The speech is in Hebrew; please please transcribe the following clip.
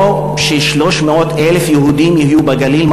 או ש-300,000 יהודים יהיו בגליל,